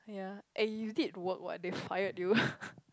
yea and you did work what they fired you